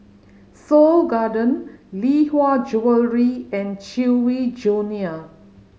Seoul Garden Lee Hwa Jewellery and Chewy Junior